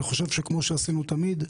אני חושב שכמו שעשינו תמיד,